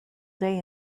day